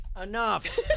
Enough